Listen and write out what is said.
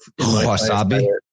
wasabi